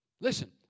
Listen